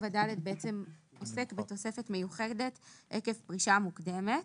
עוסק בתוספת מיוחדת עקב פרישה מוקדמת.